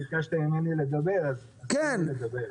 ביקשתם ממני לדבר אז תנו לי לדבר.